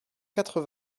quatre